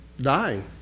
dying